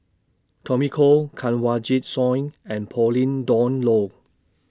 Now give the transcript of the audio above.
Tommy Koh Kanwaljit Soin and Pauline Dawn Loh